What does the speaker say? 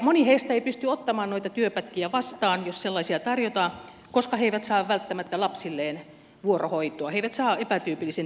moni heistä ei pysty ottamaan noita työpätkiä vastaan jos sellaisia tarjotaan koska he eivät saa välttämättä lapsilleen vuorohoitoa he eivät saa epätyypillisiin työaikoihin hoitoa lapsilleen